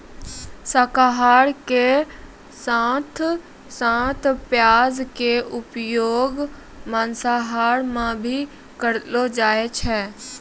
शाकाहार के साथं साथं प्याज के उपयोग मांसाहार मॅ भी करलो जाय छै